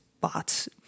bots